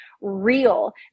real